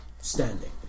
standing